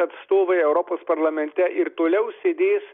atstovai europos parlamente ir toliau sėdės